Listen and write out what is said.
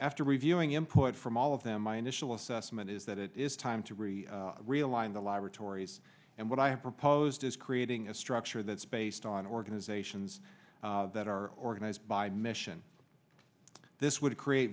after reviewing input from all of them my initial assessment is that it is time to really realign the laboratories and what i have proposed is creating a structure that's based on organizations that are organized by mission this would create